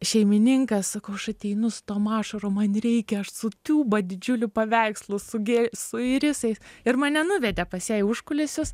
šeimininkas sakau aš ateinu su tom ašarom man reikia aš su triūba didžiuliu paveikslu su gė su irisais ir mane nuvedė pas ją į užkulisius